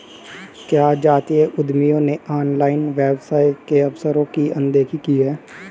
क्या जातीय उद्यमियों ने ऑनलाइन व्यवसाय के अवसरों की अनदेखी की है?